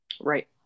Right